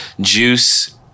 juice